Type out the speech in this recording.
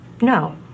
No